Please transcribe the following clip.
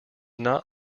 not